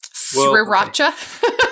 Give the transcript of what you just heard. Sriracha